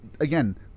again